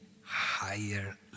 higher